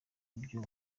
buryo